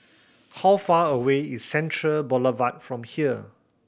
how far away is Central Boulevard from here